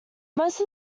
most